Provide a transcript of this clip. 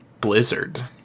blizzard